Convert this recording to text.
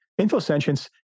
InfoSentience